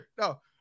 No